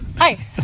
Hi